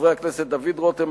חברי הכנסת דוד רותם,